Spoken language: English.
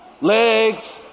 legs